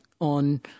on